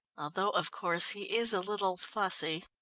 although, of course, he is a little fussy.